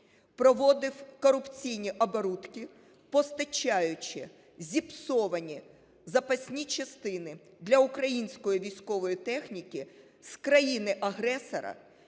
проводив корупційні оборудки, постачаючи зіпсовані запасні частини для української військової техніки з країни-агресора,